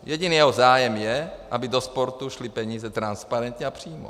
Jediný jeho zájem je, aby do sportu šly peníze transparentně a přímo.